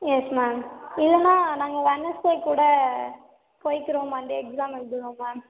yes ma'am இல்லைன்னா நாங்கள் Wednesday கூட போய்க்கிறோம் மண்டே எக்ஸாம் எழுதிவிடுறோம் மேம்